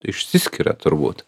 išsiskiria turbūt